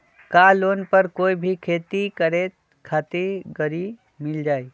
का लोन पर कोई भी खेती करें खातिर गरी मिल जाइ?